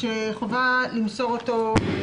שחובה למסור אותו.